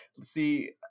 see